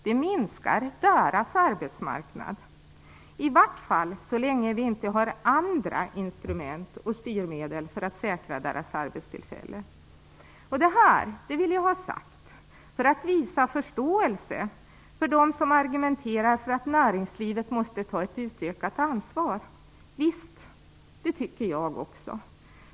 Det minskar deras arbetsmarknad, i vart fall så länge vi inte har andra instrument och styrmedel för att säkra deras arbetstillfällen. Det här vill jag ha sagt för att visa förståelse för dem som argumenterar för att näringslivet måste ta ett utökat ansvar. Visst, det tycker jag också.